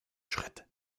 schritt